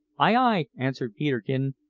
ay, ay! answered peterkin,